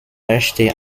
herrschte